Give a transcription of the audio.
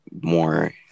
more